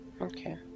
Okay